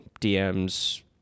DMs